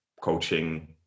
coaching